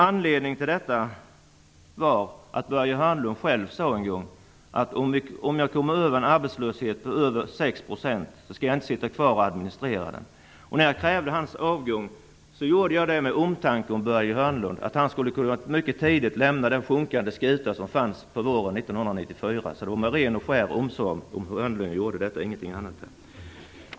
Anledningen till detta var att Börje Hörnlund själv sade en gång att om han kom över en arbetslöshet på 6 %, skulle han inte sitta kvar och administrera denna. När jag krävde hans avgång, gjorde jag det av omtanke om Börje Hörnlund, för att han mycket tidigt skulle kunna lämna den sjunkande skuta som fanns på våren 1994. Det var av ren och skär omsorg om Börje Hörnlund jag gjorde detta, och ingenting annat.